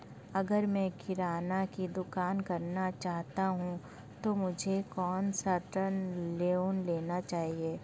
अगर मैं किराना की दुकान करना चाहता हूं तो मुझे कौनसा ऋण लेना चाहिए?